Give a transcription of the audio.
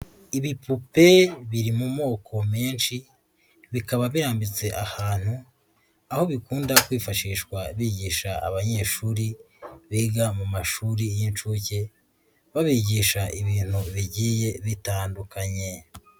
Ibipupe biri mu moko menshi, bikaba birambitse ahantu. Aho bikunda kwifashishwa bigisha abanyeshuri biga lmu mashuri y'inshuke. Babigisha ibintu bigiye bitandukanye.